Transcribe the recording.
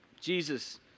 Jesus